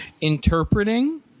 interpreting